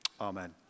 Amen